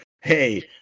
hey